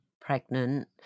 pregnant